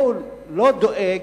הוא לא דואג,